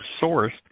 sourced